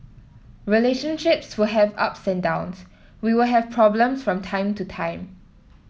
relationships will have ups and downs we will have problems from time to time